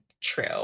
true